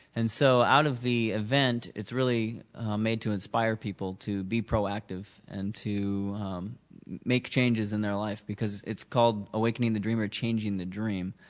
and so, out of the event, it's really made to inspire people to be proactive and to make changes in their life, because it's called awakening the dreamer changing the dream.